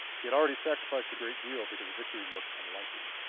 he had already sacrificed a great deal, because victory looked unlikely.